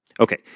Okay